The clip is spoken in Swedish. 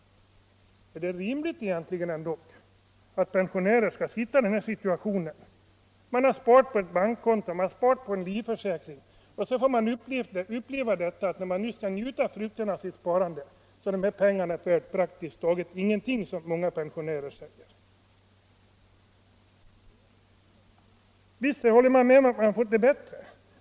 Är det rimligt att pensionärerna skall finna sig i den situationen? De har sparat på ett bankkonto eller på en livförsäkring. När de sedan skall njuta frukterna av sitt sparande, får de uppleva att pengarna blivit ingenting värda praktiskt taget. Visst har man fått det bättre.